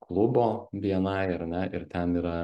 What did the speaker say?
klubo bni ar ne ir ten yra